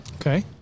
Okay